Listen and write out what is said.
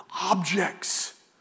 objects